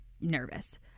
nervous